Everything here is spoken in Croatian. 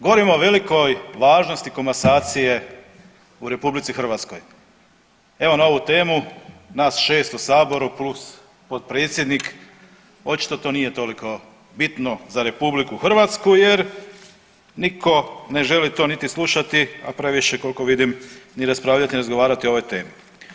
Govorimo o velikoj važnosti komasacije u RH, evo na ovu temu nas šest u saboru plus potpredsjednik očito to nije toliko bitno za RH jer niko ne želi to niti slušati, a previše koliko vidim ni raspravljati ni razgovarati o ovoj temi.